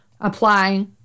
apply